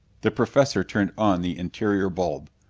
the professor turned on the interior bulb.